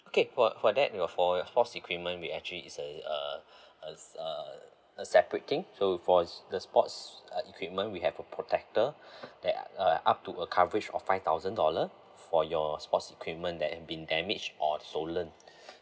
okay for for that your for your sports equipment we actually is uh uh uh a separating so for the sports uh equipment we have a protector that uh up to a coverage of five thousand dollar for your sports equipment that had been damage or stolen